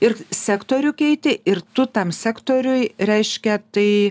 ir sektorių keiti ir tu tam sektoriui reiškia tai